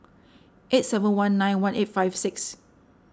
eight seven one nine one eight five six